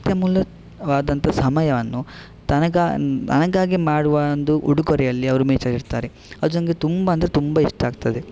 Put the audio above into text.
ಅತ್ಯಮೂಲ್ಯವಾದಂಥ ಸಮಯವನ್ನು ತನಗೆ ನನಗಾಗಿ ಮಾಡುವ ಒಂದು ಉಡುಗೊರೆಯಲ್ಲಿ ಅವರು ಮೀಸಲಿಡ್ತಾರೆ ಅದು ನಂಗೆ ತುಂಬ ಅಂದರೆ ತುಂಬಾ ಇಷ್ಟ ಆಗ್ತದೆ